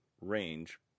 range